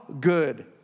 good